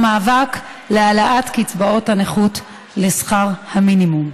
המאבק להעלאת קצבאות הנכות לשכר המינימום.